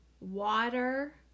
water